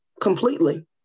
Completely